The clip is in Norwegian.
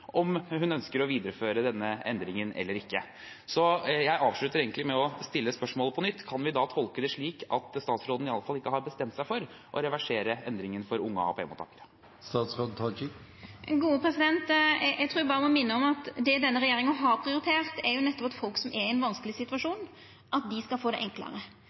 om hun ønsker å videreføre denne endringen eller ikke. Så jeg avslutter egentlig med å stille spørsmålet på nytt: Kan vi tolke det slik at statsråden ikke har bestemt seg for å reversere endringen for unge AAP-mottakere? Eg trur berre eg må minna om at det denne regjeringa har prioritert, nettopp er at folk som er i ein vanskeleg situasjon, skal få det